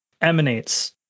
emanates